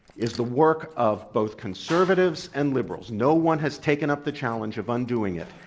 is the work of both conservatives and liberals. no one has taken up the challenge of undoing it.